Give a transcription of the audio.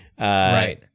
Right